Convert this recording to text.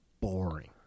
boring